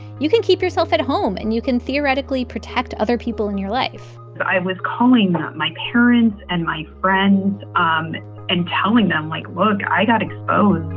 you can keep yourself at home, and you can theoretically protect other people in your life i was calling them ah my parents and my friends um and telling them, like, look i got exposed